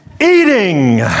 eating